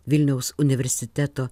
vilniaus universiteto